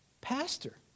pastor